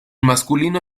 masculino